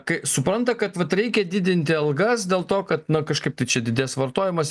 kai supranta kad vat reikia didinti algas dėl to kad na kažkaip tai čia didės vartojimas